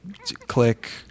click